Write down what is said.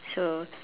so